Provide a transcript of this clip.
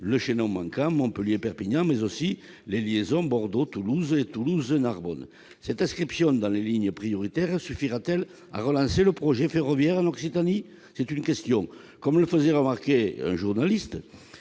le chaînon manquant Montpellier-Perpignan, mais aussi les liaisons Bordeaux-Toulouse et Toulouse-Narbonne. Cette inscription dans les lignes prioritaires suffira-t-elle à relancer le projet ferroviaire en Occitanie ? Comme le faisait remarquer un journaliste,